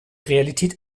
realität